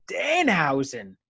Danhausen